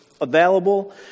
available